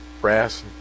brass